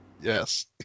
Yes